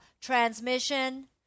transmission